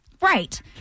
Right